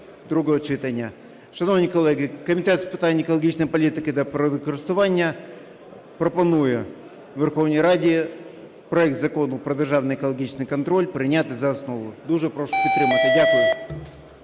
другого читання. Шановні колеги, Комітет з питань екологічної політики та природокористування пропонує Верховній Раді проект Закону про державний екологічний контроль прийняти за основу. Дуже прошу підтримати. Дякую.